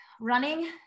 running